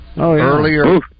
earlier